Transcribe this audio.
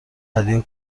هدیه